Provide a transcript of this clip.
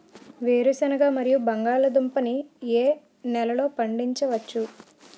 వేరుసెనగ మరియు బంగాళదుంప ని ఏ నెలలో పండించ వచ్చు?